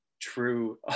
true